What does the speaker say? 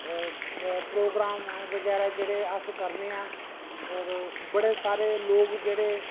programme बगैरा जेह्डे़ अस करने आं और बडे़ सारे लोक जेह्डे़